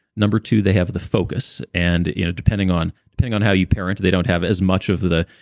number two, they have the focus, and you know depending on depending on how you parent, they don't have as much of the.